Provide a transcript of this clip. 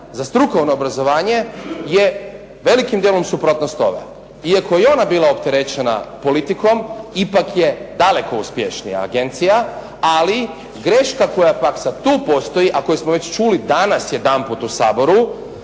za strukovno obrazovanje je velikim dijelom suprotnost ove. Iako je i ona bila opterećena politikom, ipak je daleko uspješnija agencija. Ali greška koja pak sad tu postoji, a koju smo već čuli danas jedanput u Saboru,